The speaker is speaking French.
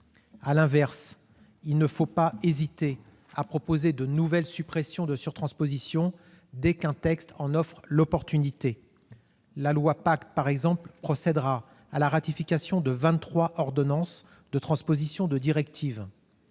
À l'inverse, il ne faut pas hésiter à proposer de nouvelles suppressions de surtranspositions dès qu'un texte en offre l'opportunité. Ainsi, le projet de loi PACTE procédera à la ratification de vingt-trois ordonnances de transposition de directives.